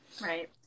Right